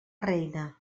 reina